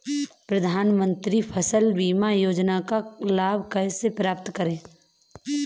प्रधानमंत्री फसल बीमा योजना का लाभ कैसे प्राप्त करें?